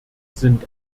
sind